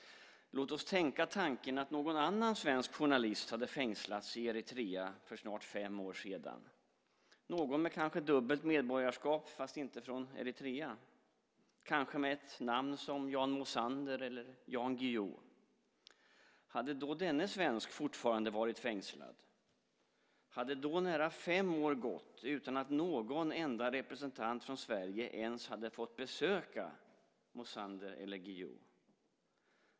Låt oss tänka tanken att någon annan svensk journalist hade fängslats i Eritrea för snart fem år sedan, någon med kanske dubbelt medborgarskap fast inte från Eritrea, kanske med ett namn som Jan Mosander eller Jan Guillou. Hade då denne svensk fortfarande varit fängslad? Hade då nära fem år gått utan att någon enda representant för Sverige ens hade fått besöka Mosander eller Guillou?